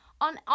On